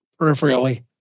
peripherally